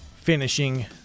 finishing